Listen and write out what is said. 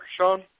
Sean